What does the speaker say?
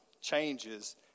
changes